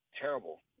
terrible